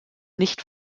nicht